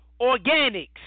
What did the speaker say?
Organics